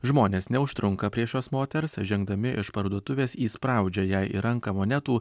žmonės neužtrunka prie šios moters žengdami iš parduotuvės įspraudžia jai į ranką monetų